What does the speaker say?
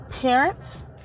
parents